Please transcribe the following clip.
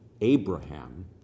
Abraham